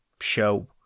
show